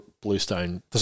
bluestone